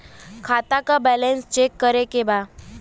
खाता का balance check करे के बा?